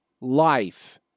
life